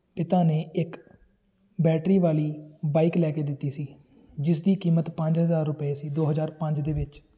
ਪਿਤਾ ਨੇ ਇੱਕ ਬੈਟਰੀ ਵਾਲੀ ਬਾਈਕ ਲੈ ਕੇ ਦਿੱਤੀ ਸੀ ਜਿਸਦੀ ਕੀਮਤ ਪੰਜ ਹਜ਼ਾਰ ਰੁਪਏ ਸੀ ਦੋ ਹਜ਼ਾਰ ਪੰਜ ਦੇ ਵਿੱਚ